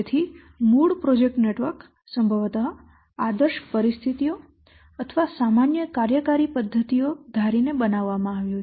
તેથી મૂળ project network સંભવત આદર્શ પરિસ્થિતિઓ અથવા સામાન્ય કાર્યકારી પદ્ધતિઓ ધારીને બનાવવામાં આવ્યું છે